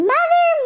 Mother